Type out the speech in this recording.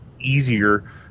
easier